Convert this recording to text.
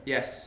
Yes